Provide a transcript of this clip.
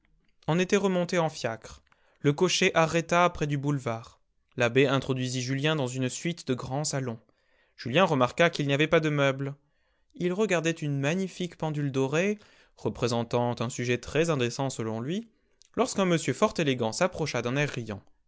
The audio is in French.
on était remonté en fiacre le cocher arrêta près du boulevard l'abbé introduisit julien dans une suite de grands salons julien remarqua qu'il n'y avait pas de meubles il regardait une magnifique pendule dorée représentant un sujet très indécent selon lui lorsqu'un monsieur fort élégant s'approcha d'un air